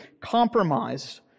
compromised